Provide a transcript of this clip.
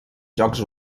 jocs